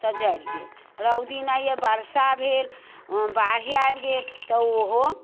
तऽ जरि गेल रौदी नहि अइ बरसा भेल बाढ़ि आबि गेल तऽ उहो